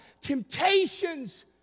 temptations